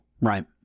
Right